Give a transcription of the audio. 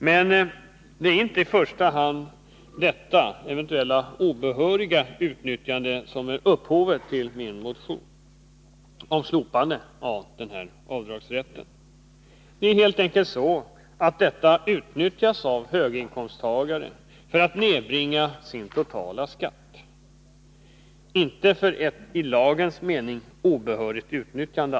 Men det är inte i första hand detta eventuella obehöriga utnyttjande som är upphov till min motion om slopande av denna avdragsrätt. Det är helt enkelt så att denna utnyttjas av höginkomsttagare för att nedbringa den totala skatten. Inte för ett i lagens mening obehörigt utnyttjande.